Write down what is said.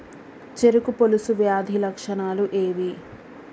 చెరుకు పొలుసు వ్యాధి లక్షణాలు ఏవి?